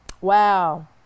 Wow